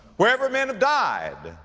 wherever men have died,